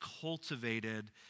cultivated